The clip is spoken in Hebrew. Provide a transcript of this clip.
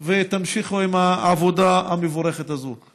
ותמשיכו עם העבודה המבורכת הזאת.